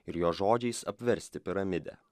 ir jo žodžiais apversti piramidę